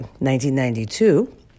1992